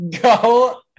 go